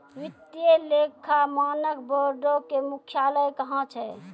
वित्तीय लेखा मानक बोर्डो के मुख्यालय कहां छै?